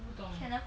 channel five please